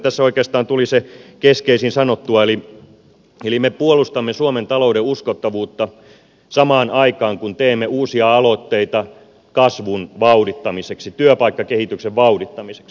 tässä oikeastaan tuli se keskeisin sanottua eli me puolustamme suomen talouden uskottavuutta samaan aikaan kun teemme uusia aloitteita kasvun vauhdittamiseksi työpaikkakehityksen vauhdittamiseksi